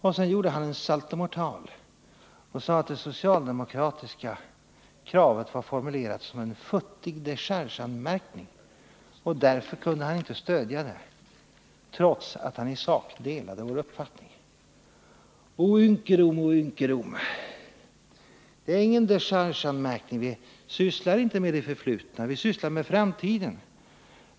Och sedan gjorde Olle Wästberg en saltomortal och sade att det socialdemokratiska kravet var formulerat som en futtig dechargeanmärkning, och därför kunde han inte stödja det trots att han i sak delade vår mening. O ynkedom, o ynkedom! Det är ingen dechargeanmärkning. Vi sysslar inte med det förflutna, vi sysslar med framtiden.